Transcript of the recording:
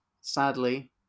sadly